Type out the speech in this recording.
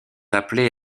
appelé